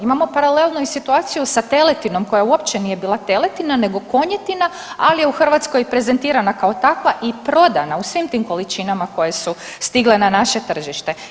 Imamo i paralelnu situaciju sa teletinom koja uopće nije bila teletina nego konjetina ali je u Hrvatskoj prezentirana kao takva i prodana u svim tim količinama koje su stigle na naše tržište.